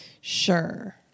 Sure